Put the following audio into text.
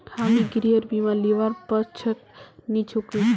हामी गृहर बीमा लीबार पक्षत नी छिकु